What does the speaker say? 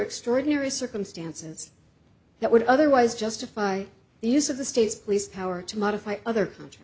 extraordinary circumstances that would otherwise justify the use of the state's police power to modify other countries